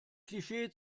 klischee